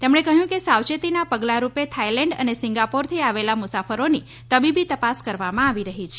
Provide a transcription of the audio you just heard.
તેમણે કહ્યું કે સાવચેતીના પગલારૂપે થાઇલેન્ડ અને સિંગાપુરથી આવેલા મુસાફરોની તબીબી તપાસ કરવામાં આવી રહી છે